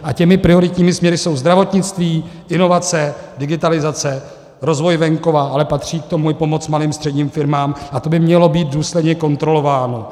A těmi prioritními směry jsou zdravotnictví, inovace, digitalizace, rozvoj venkova, ale patří k tomu i pomoc malým, středním firmám, a to by mělo být důsledně kontrolováno.